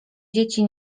dzieci